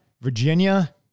Virginia